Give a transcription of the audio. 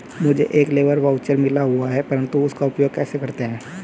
मुझे एक labour voucher मिला हुआ है परंतु उसका उपयोग कैसे करते हैं?